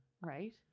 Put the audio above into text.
right